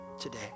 today